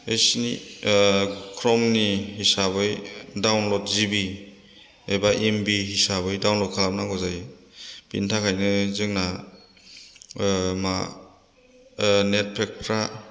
बेखिनि क्र'मनि हिसाबै डाउनल'ड जि बि एबा एम बि हिसाबै डाउनल'ड खालामनांगौ जायो बेनि थाखायनो जोंना मा नेटपेकफ्रा